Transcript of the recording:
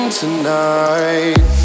tonight